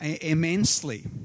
immensely